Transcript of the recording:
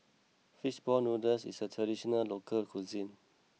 Fish Ball Noodles is a traditional local cuisine